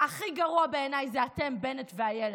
הכי גרועים בעיניי זה אתם, בנט ואילת.